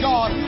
God